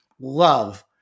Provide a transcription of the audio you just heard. love